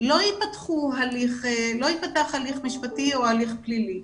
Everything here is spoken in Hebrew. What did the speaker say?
לא ייפתח הליך משפטי או הליך פלילי.